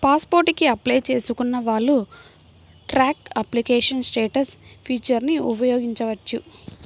pass port కి apply చేసుకున్న వాళ్ళు ట్రాక్ అప్లికేషన్ స్టేటస్ ఫీచర్ని ఉపయోగించవచ్చు